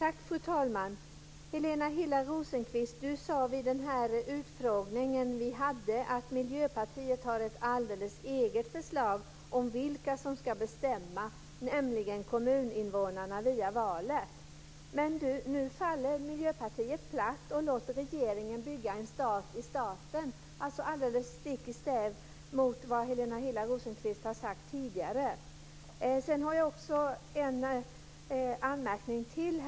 Fru talman! Helena Hillar Rosenqvist sade vid den utfrågning vi hade att Miljöpartiet har ett alldeles eget förslag om vilka som ska bestämma, nämligen kommuninvånarna via valet. Men nu faller Miljöpartiet platt och låter regeringen bygga en stat i staten, alltså stick i stäv mot vad Helena Hillar Rosenqvist har sagt tidigare. Jag har en anmärkning till.